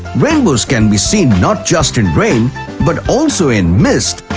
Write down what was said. rainbows can be seen not just in rain but also in mist,